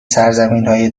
سرزمینای